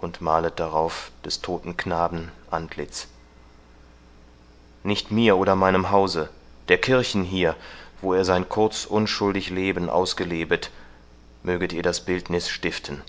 und malet darauf des todten knaben antlitz nicht mir oder meinem hause der kirchen hier wo er sein kurz unschuldig leben ausgelebet möget ihr das bildniß stiften